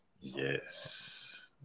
Yes